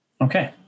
Okay